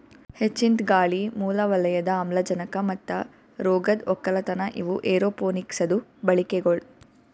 ಹೆಚ್ಚಿಂದ್ ಗಾಳಿ, ಮೂಲ ವಲಯದ ಆಮ್ಲಜನಕ ಮತ್ತ ರೋಗದ್ ಒಕ್ಕಲತನ ಇವು ಏರೋಪೋನಿಕ್ಸದು ಬಳಿಕೆಗೊಳ್